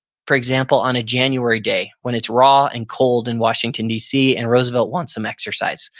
for example, on a january day, when it's raw and cold in washington dc and roosevelt wants some exercise.